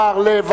2010,